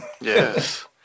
Yes